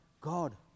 God